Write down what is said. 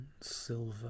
silver